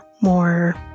more